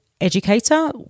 educator